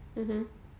mmhmm